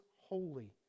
holy